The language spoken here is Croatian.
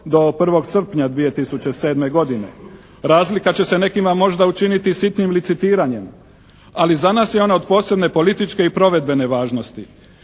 do 1. srpnja 2007. godine. Razlika će se nekima možda učiniti sitnim licitiranjem ali za nas je ona od posebne političke i provedbene važnosti.